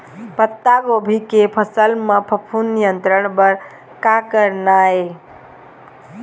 पत्तागोभी के फसल म फफूंद नियंत्रण बर का करना ये?